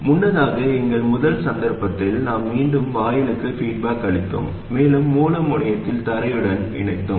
முன்னதாக எங்கள் முதல் சந்தர்ப்பத்தில் நாம் மீண்டும் வாயிலுக்கு பீட்பாக் அளித்தோம் மேலும் மூல முனையத்தை தரையுடன் இணைத்தோம்